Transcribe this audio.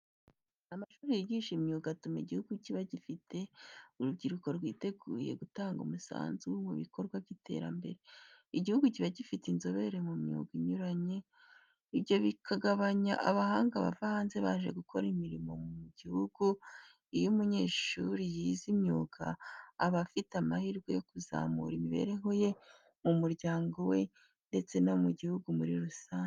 Amashuri yigisha imyuga atuma igihugu kiba gifite urubyiruko rwiteguye gutanga umusanzu mu bikorwa by'iterambere, igihugu kiba gifite inzobere mu myuga inyuranye, ibyo bikagabanya abahanga bava hanze baje gukora imirimo mu gihugu. Iyo umunyeshuri yize imyuga, aba afite amahirwe yo kuzamura imibereho ye, mu muryango we ndetse n'igihugu muri rusange.